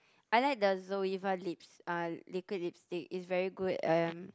I like the Zoeva lips uh liquid lipstick it's very good and